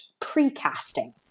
precasting